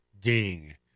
ding